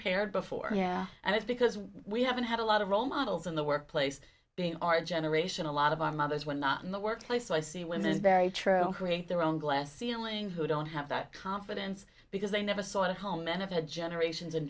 paired before and it's because we haven't had a lot of role models in the workplace being our generation a lot of our mothers were not in the workplace so i see women as very true create their own glass ceiling who don't have that confidence because they never saw it at home and it had generations and